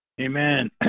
Amen